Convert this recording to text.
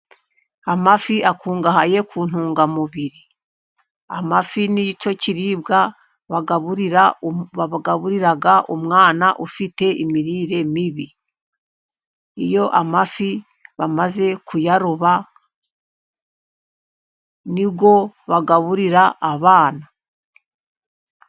Amafi akungahaye ku ntungamubiri amafi n'icyo kiribwa bagaburira umwana ufite imirire mibi, iyo amafi bamaze kuyaroba ni bwo bagaburira abana.